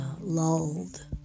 lulled